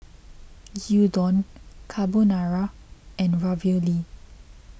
Gyudon Carbonara and Ravioli